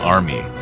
Army